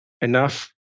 enough